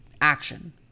action